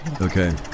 Okay